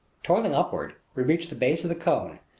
toiling upward, we reached the base of the cone,